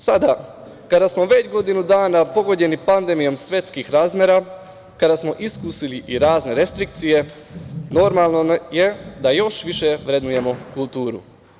Sada kada smo već godinu dana pogođeni pandemijom svetskih razmera, kada smo iskusili i razne restrikcije, normalno je da još više vrednujemo kulturu.